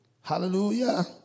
Hallelujah